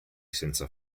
senza